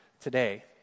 today